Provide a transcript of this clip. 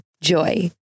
Joy